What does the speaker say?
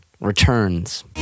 returns